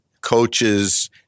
coaches